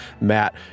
Matt